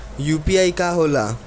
UPI का होला?